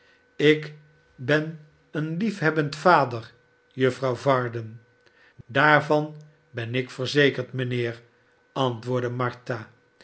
ik ben een liefhebbend vader juffrouw varden sdaarvan ben ik verzekerd mijnheer antwoordde martha